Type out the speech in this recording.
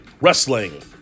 Wrestling